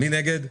מי נגד?